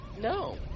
No